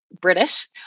British